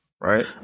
Right